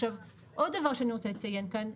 עכשיו עוד דבר שאני רוצה לציין כאן,